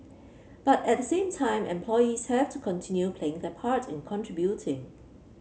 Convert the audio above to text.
but at the same time employees have to continue playing their part in contributing